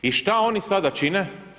I što oni sada čine?